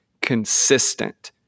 consistent